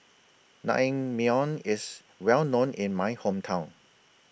Naengmyeon IS Well known in My Hometown